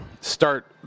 start